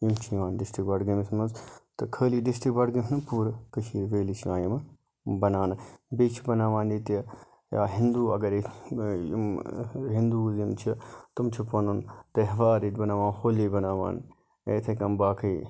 یِم چھِ یِوان ڈِسٹرک بَڈگٲمِس مَنٛز تہٕ خٲلٕے ڈِسٹرک بَڈگٲمِس مَنٛز پوٗرٕ کٔشیٖر ویلی چھِ یِوان یمہِ بَناونہٕ بیٚیہِ چھ بَناوان ییٚتہِ یا ہِندو اگر ییٚتہِ یِم ہِندوٗز یِم چھِ تِم چھِ پَنُن تہوار ییٚتہِ بَناوان ہولی بَناوان یا یِتھٕے کٔنۍ باقٕے